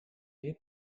you